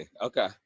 Okay